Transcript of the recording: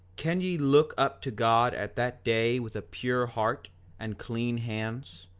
can ye look up to god at that day with a pure heart and clean hands?